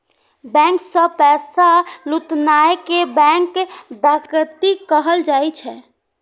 bank सं पैसा लुटनाय कें बैंक डकैती कहल जाइ छै